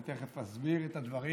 אני תכף אסביר את הדברים.